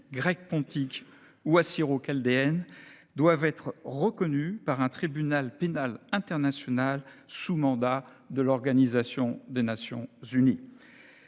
grecques pontiques ou assyro-chaldéennes, doivent être reconnues par un tribunal pénal international sous mandat de l'Organisation des Nations unies.